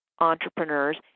entrepreneurs